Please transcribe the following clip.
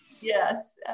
Yes